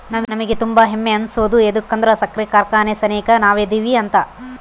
ನಮಿಗೆ ತುಂಬಾ ಹೆಮ್ಮೆ ಅನ್ಸೋದು ಯದುಕಂದ್ರ ಸಕ್ರೆ ಕಾರ್ಖಾನೆ ಸೆನೆಕ ನಾವದಿವಿ ಅಂತ